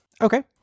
Okay